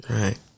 Right